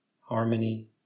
harmony